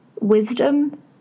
wisdom